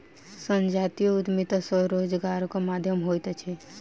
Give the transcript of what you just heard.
संजातीय उद्यमिता स्वरोजगारक माध्यम होइत अछि